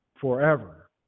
forever